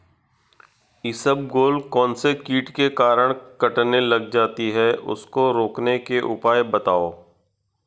इसबगोल कौनसे कीट के कारण कटने लग जाती है उसको रोकने के उपाय बताओ?